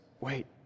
Wait